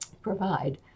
provide